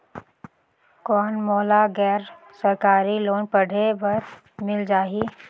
कौन मोला गैर सरकारी लोन पढ़े बर मिल जाहि?